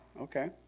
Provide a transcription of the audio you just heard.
okay